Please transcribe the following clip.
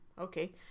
okay